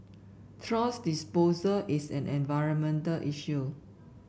thrash disposal is an environmental issue